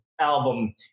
album